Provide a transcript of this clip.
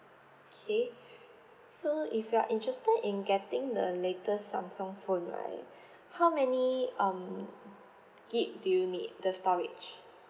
okay so if you are interested in getting the latest samsung phone right how many um gig do you need the storage